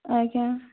ଆଜ୍ଞା